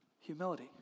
Humility